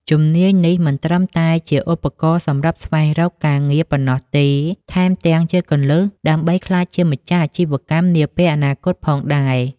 ជំនាញនេះមិនត្រឹមតែជាឧបករណ៍សម្រាប់ស្វែងរកការងារប៉ុណ្ណោះទេ ថែមទាំងជាគន្លឹះដើម្បីក្លាយជាម្ចាស់អាជីវកម្មនាពេលអនាគតផងដែរ។